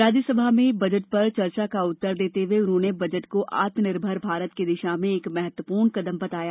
राज्यसभा में बजट पर चर्चा का उत्तर देते हुए उन्होंने बजट को आत्मनिर्भर भारत की दिशा में एक महत्वपूर्ण कदम बताया